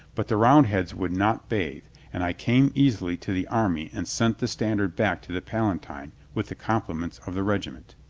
but the roundheads would not bathe, and i came easily to the army and sent the standard back to the palatine with the compliments of the regiment.